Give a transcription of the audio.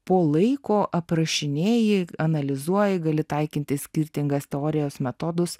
po laiko aprašinėji analizuoji gali taikyti skirtingas teorijas metodus